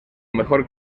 mejor